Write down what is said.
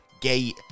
gate